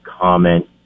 comment